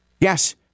Yes